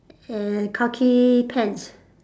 and khaki pants